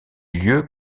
lieu